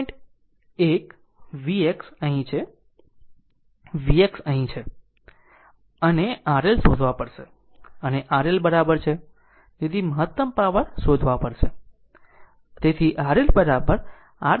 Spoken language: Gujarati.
1 Vx અહીં છે Vx અહીં છે અને RL શોધવા પડશે અને RL બરાબર છે તેથી મહત્તમ પાવર શોધવા પડશે